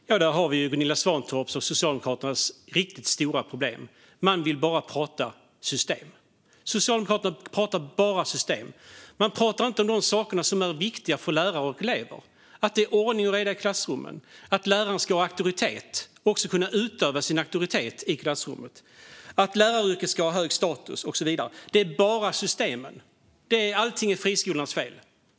Fru talman! Där har vi Gunilla Svantorps och Socialdemokraternas riktigt stora problem: Man vill bara prata system. Socialdemokraterna pratar bara system. Man pratar inte om de saker som är viktiga för lärare och elever, som att det ska vara ordning och reda i klassrummen, att läraren ska ha auktoritet och kunna utöva den i klassrummet, att läraryrket ska ha hög status och så vidare. Det är bara systemen. Allt är friskolans fel.